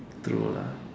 true lah